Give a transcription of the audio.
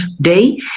Day